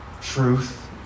Truth